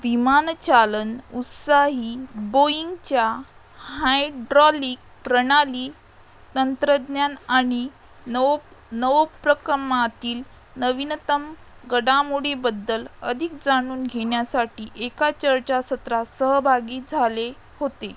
विमानचालन उत्साही बोईंगच्या हायड्रॉलिक प्रणाली तंत्रज्ञान आणि नवो नवोपक्रमातील नवीनतम घडामोडींबद्दल अधिक जाणून घेण्यासाठी एका चर्चासत्रास सहभागी झाले होते